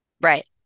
right